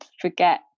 forget